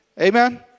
Amen